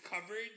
coverage